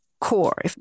core